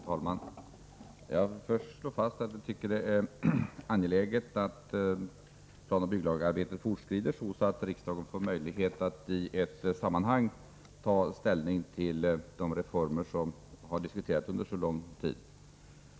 Fru talman! Jag vill först slå fast att vi finner det angeläget att planoch bygglagarbetet fortskrider så att riksdagen får möjlighet att i ett sammanhang ta ställning till de reformer som har diskuterats under så lång tid.